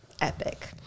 epic